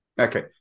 Okay